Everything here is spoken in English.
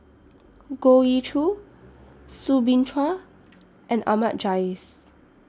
Goh Ee Choo Soo Bin Chua and Ahmad Jais